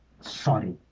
Sorry